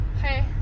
hey